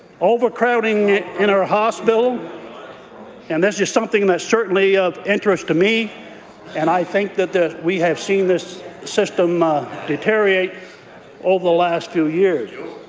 overcrowding in our hospitals and this is something that's certainly of interest to me and i think that we have seen this system ah deteriorate over the last few years.